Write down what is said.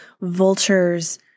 vultures